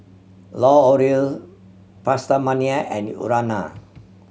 L'Oreal PastaMania and Urana